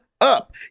up